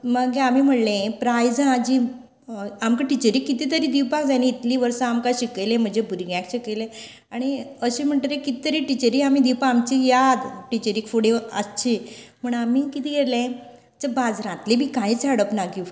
मागीर आमी म्हणलें प्रायजां जीं आमकां टिचरीक कितें तरी दिवपाक जाय न्हीं इतलीं वर्सां आमकां शिकयलें म्हजे भुरग्यांक शिकले आनी अशें म्हणतरी कित तरी टिचरी आमी दिवपाक आमची याद टिचरीक फुडें आसची म्हण आमी कितें केलें जे बाजरांतलें बी कांयच हाडप ना गिफ्ट